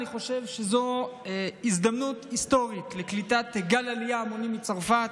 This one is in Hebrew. אני חושב שזו הזדמנות היסטורית לקליטת גל עלייה המוני מצרפת,